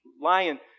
lion